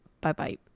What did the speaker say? Bye-bye